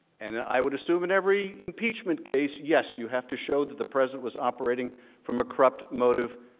and i would assume and every impeachment case, yes you have to show the the president was operating from a corrupt motive.